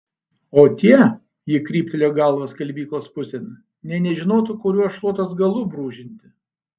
o tie ji kryptelėjo galva skalbyklos pusėn nė nežinotų kuriuo šluotos galu brūžinti